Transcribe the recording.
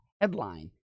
headline